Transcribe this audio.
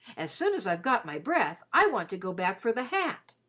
as soon as i've got my breath i want to go back for the hat.